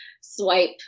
swipe